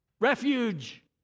refuge